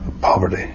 poverty